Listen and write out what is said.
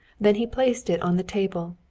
then he placed it on the table,